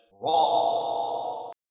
wrong